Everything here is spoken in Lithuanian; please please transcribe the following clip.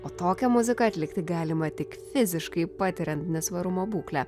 o tokią muziką atlikti galima tik fiziškai patiriant nesvarumo būklę